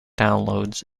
downloads